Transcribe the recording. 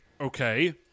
Okay